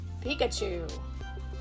Pikachu